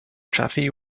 chaffee